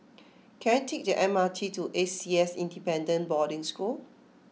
can I take the M R T to A C S Independent Boarding School